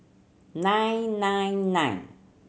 nine nine nine